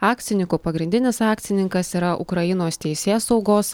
akcininkų pagrindinis akcininkas yra ukrainos teisėsaugos